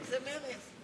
מרצ.